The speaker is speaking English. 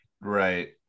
right